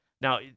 Now